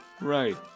right